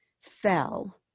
fell